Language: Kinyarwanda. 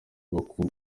bakuru